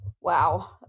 wow